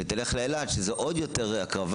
ולהגיד לו: תלך לאילת כי זאת עוד יותר הקרבה